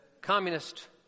communist